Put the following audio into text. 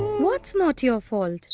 what's not your fault?